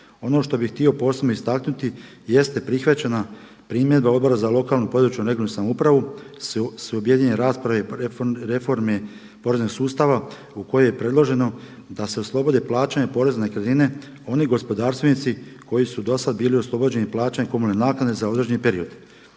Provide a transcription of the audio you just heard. Ono što bih htio posebno istaknuti jeste prihvaćena primjedba Odbora za lokalnu, područnu i regionalnu samoupravu, su objedinjene rasprave reforme poreznog sustava u kojoj je predloženo da se oslobode plaćanja poreza na nekretnine oni gospodarstvenici koji su dosad bili oslobođeni plaćanja komunalne naknade za određeni period.